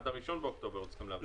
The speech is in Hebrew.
עד ה-1 באוקטובר היו צריכים להחזיר.